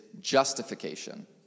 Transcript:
justification